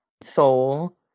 soul